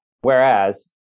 Whereas